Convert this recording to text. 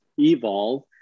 evolve